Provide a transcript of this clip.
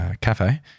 cafe